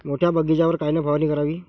मोठ्या बगीचावर कायन फवारनी करावी?